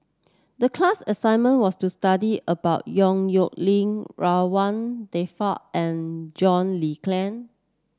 the class assignment was to study about Yong Nyuk Lin Ridzwan Dzafir and John Le Cain